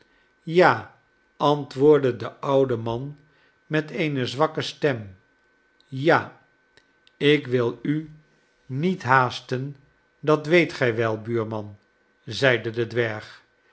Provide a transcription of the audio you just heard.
ja antwoordde de oude man met eene zwakke stem ja ik wil u niet haasten dat weet gij wel buurman zeide de dwerg